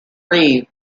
reeve